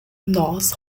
nós